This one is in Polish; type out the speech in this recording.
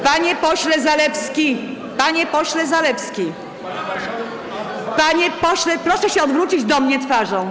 Panie pośle Zalewski, panie pośle Zalewski, panie pośle, proszę się odwrócić do mnie twarzą.